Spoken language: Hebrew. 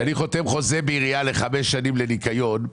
כשאני בעירייה חותם חוזה ל-5 שנים לניקיון,